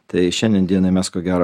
tai šiandien dienai mes ko gero